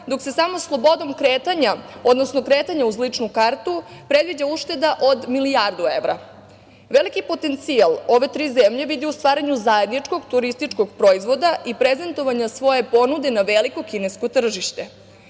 dok se samo slobodom kretanja, odnosno kretanja uz ličnu kartu predviđa ušteda od milijardu evra. Veliki potencijal ove tri zemlje vidi u stvaranju zajedničkog turističkog proizvoda i prezentovanja svoje ponude na veliko kinesko tržište.